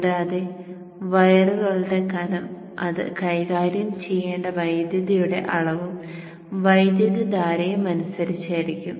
കൂടാതെ വയറുകളുടെ കനം അത് കൈകാര്യം ചെയ്യേണ്ട വൈദ്യുതിയുടെ അളവും വൈദ്യുതധാരയും അനുസരിച്ചായിരിക്കും